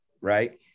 Right